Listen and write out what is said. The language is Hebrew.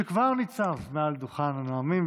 שכבר ניצב על דוכן הנואמים.